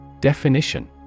Definition